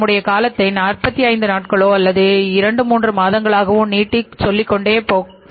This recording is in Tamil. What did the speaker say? நம்முடைய காலத்தை 45 நாட்களோ அல்லது இரண்டு மூன்று மாதங்களோ நீட்டிக்க சொல்லி கேட்கலாம்